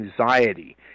anxiety